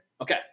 Okay